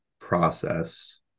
process